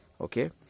Okay